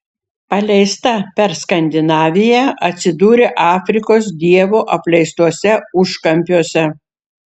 paleista per skandinaviją atsidūrė afrikos dievo apleistuose užkampiuose